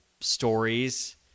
stories